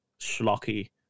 schlocky